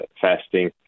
fasting